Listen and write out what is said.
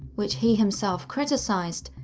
which he himself criticised,